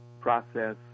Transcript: process